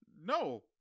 No